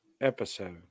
episode